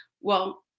well-